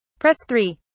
press three